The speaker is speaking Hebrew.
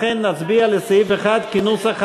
ולכן נצביע על סעיף 1 כנוסח הוועדה.